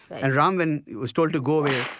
and ram, when he was told to go away,